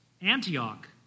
Antioch